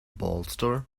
bolster